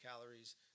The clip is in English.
calories